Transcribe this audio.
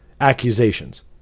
accusations